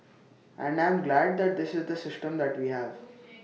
and I'm glad that this is the system that we have